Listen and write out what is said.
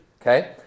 okay